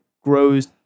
grows